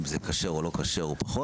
אם זה כשר או לא כשר או פחות,